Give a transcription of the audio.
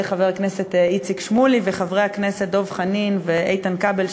חבר הכנסת איציק שמולי וחברי הכנסת דב חנין ואיתן כבל,